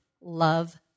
love